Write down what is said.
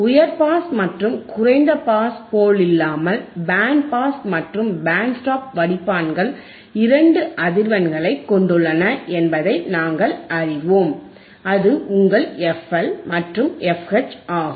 உயர் பாஸ் மற்றும் குறைந்த பாஸ் போலல்லாமல் பேண்ட் பாஸ் மற்றும் பேண்ட் ஸ்டாப் வடிப்பான்கள் இரண்டு அதிர்வெண்களைக் கொண்டுள்ளன என்பதை நாங்கள் அறிவோம் அது உங்கள் FL மற்றும் FH ஆகும்